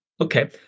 okay